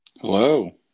hello